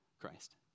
Christ